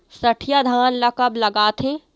सठिया धान ला कब लगाथें?